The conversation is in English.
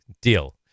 Deal